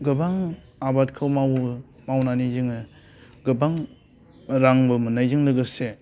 गोबां आबादखौ मावो मावनानै जोङो गोबां रांबो मोननायजों लोगोसे